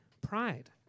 Pride